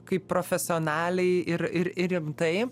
kaip profesionaliai ir ir ir rimtai